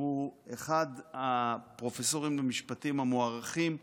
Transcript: הוא אחד הפרופסורים המוערכים למשפטים,